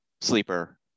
sleeper